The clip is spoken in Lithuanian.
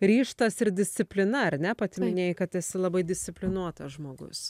ryžtas ir disciplina ar ne pati minėjai kad esi labai disciplinuotas žmogus